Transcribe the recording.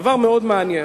דבר מאוד מעניין.